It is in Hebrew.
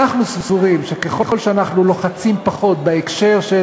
אנחנו סבורים שככל שאנחנו לוחצים פחות בהקשר של